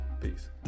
Peace